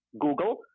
Google